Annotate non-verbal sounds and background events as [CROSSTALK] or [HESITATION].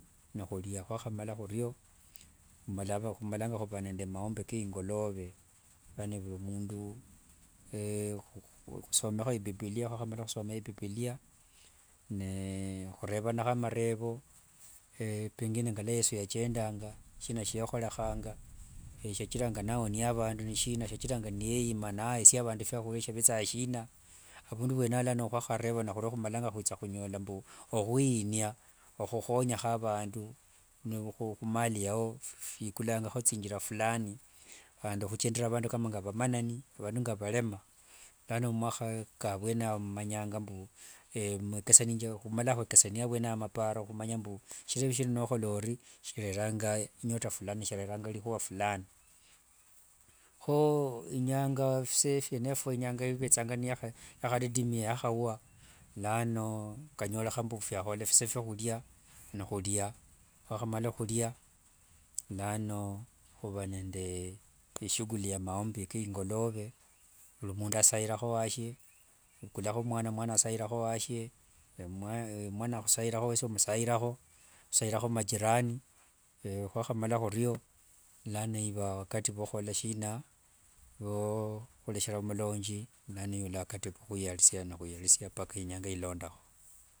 Hwahamala huryo humalanga huba nende maombi ka ingolobe, yaani vuli mundu [HESITATION] husomaho ibibilia. Hwahamala husoma ibibilia ne hulebanaho amalebo, pengine ngalwa yesu yachendanga, shina shyeholehanga, shiakiranga naonia abandu ni shina, shiakiranga niyeima naesia abandu fyahurya shiabetsanga shina. Abundu bwene lano hwahalebana humalanga hwitsa hunyola mbu ohwiinia, ohuhonyaho abandu humali yao ikulangaho tsingila fulani handi huchendela abandu kama nga abamanani, bandu nga valema lano mwahaka abwene ao mumanyanga mbu [HESITATION] humalanga hwekesania abwene ao maparo humanya mbu shirebe shino nohola ori, shilelanga nyota fulani, shilelanga lihua fulani. [NOISE] Ho inyanga fisa fyene efo inyanga ibetsanga niyahadidimia yahabua lano kanyoleha mbu fyahaola fisa fya hulia nehulya lano huba nende ishughuli ya maombi ka ingolobe vuli mundu ashailaho washie, hubukulaho mwana ashailaho washie, mwana ahusailaho wesi omusailaho, husailaho majirani, hwahamala huryo lano iba wakati bwa huhola shina bwa huleshela mulonji na iula wakati bwa hweyalishia nehwayalishia mpaka inyanga ilondaho.